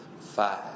five